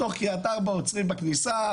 בתוך קריית ארבע עוצרים בכניסה,